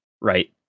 Right